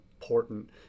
important